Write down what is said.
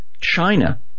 China